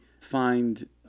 find